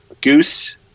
Goose